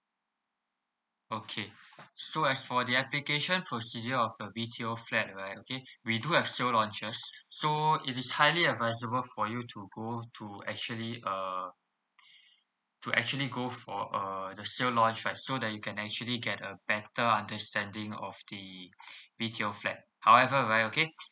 okay so as for the application procedure of the B_T_O flat right okay we do have sale launches so it is highly advisable for you to go to actually uh to actually go for uh the sale launch right so that you can actually get a better understanding of the B_T_O flat however okay